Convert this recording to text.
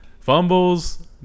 fumbles